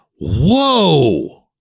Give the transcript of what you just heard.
whoa